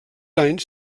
anys